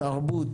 תרבות,